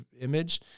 image